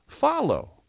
follow